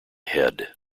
head